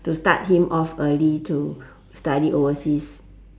to start him off early to study overseas